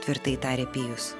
tvirtai tarė pijus